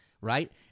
right